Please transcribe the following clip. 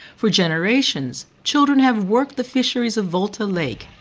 for generations, children have worked the fisheries of volta lake,